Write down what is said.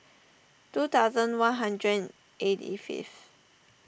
two thousand one hundred and eighty fifth